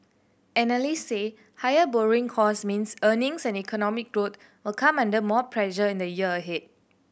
analysts say higher borrowing costs means earnings and economic growth will come under more pressure in the year ahead